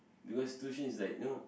because tuition is like you know